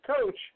coach